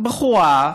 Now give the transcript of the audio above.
בחורה,